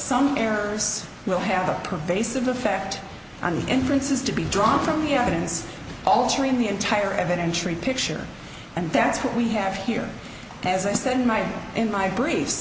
some errors will have a pervasive effect on the entrances to be drawn from the evidence altering the entire evan entry picture and that's what we have here as i said in my in my brief